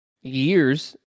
years